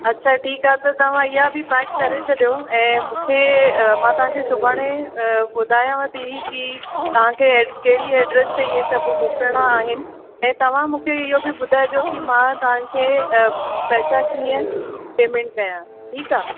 अच्छा ठीकु आहे त तव्हां इहा बि पैक करे छॾियो ऐं मूंखे मां तव्हांखे सुभाणे अ ॿुधायांव थी की तव्हांखे कहिड़ी एड्रेस ते इहा सभु मोकिलिणा आहिनि ऐं तव्हां मूंखे इहो बि ॿुधाइजो की मां तव्हांखे अ पैसा कीअं पेमेंट कयां ठीकु आहे